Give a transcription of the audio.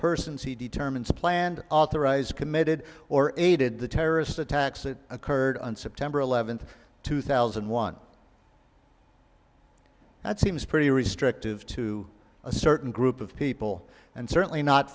persons he determines planned authorized committed or aided the terrorist attacks that occurred on september eleventh two thousand and one that seems pretty restrictive to a certain group of people and certainly not